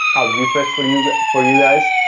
refreshed for you, but for you guys,